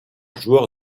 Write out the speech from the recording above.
joueur